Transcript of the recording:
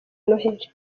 noheli